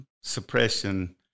suppression